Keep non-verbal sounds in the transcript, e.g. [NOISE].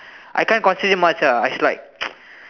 I can't concentrate much lah it's like [NOISE]